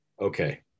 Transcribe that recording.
okay